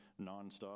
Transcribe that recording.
nonstop